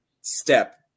step